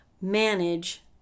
manage